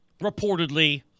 reportedly